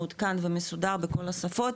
מעודכן ומסודר, בכל השפות,